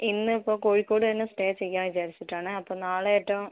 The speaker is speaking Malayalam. ഇന്ന് ഇപ്പോൾ കോഴിക്കോട് തന്നെ സ്റ്റേ ചെയ്യാം വിചാരിച്ചിട്ട് ആണ് അപ്പോൾ നാളെയേറ്റോം